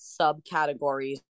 subcategories